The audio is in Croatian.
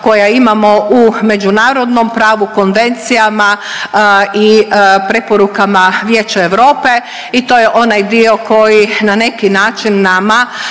koja imamo u međunarodnom pravu, konvencijama i preporukama Vijeća Europe i to je onaj dio koji na neki način nama